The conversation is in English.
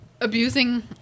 Abusing